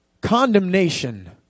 Condemnation